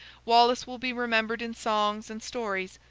wallace will be remembered in songs and stories,